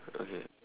okay